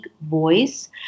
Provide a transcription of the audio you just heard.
voice